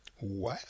Wow